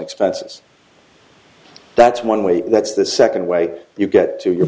expenses that's one way and that's the second way you get to your